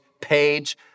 page